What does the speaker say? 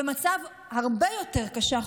כשנוער בסיכון הוא במצב הרבה יותר קשה.